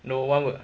no one would